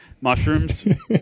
mushrooms